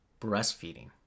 breastfeeding